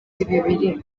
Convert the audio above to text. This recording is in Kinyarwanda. ibi